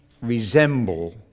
resemble